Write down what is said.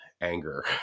anger